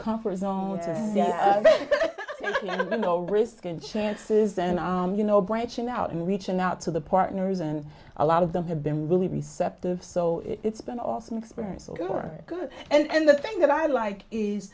comfort zone to know no risk and chances and you know branching out and reaching out to the partners and a lot of them have been really receptive so it's been awesome experience or you are good and the thing that i like is